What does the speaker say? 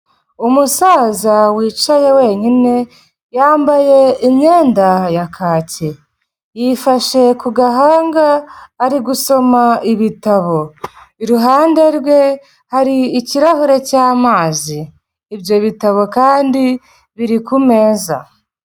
Umusaza wicaye wenyine, yambaye imyenda ya kaki, yifashe ku gahanga, ari gusoma ibitabo, iruhande rwe hari ikirahure cy'amazi, ibyo bitabo kandi biri ku meza.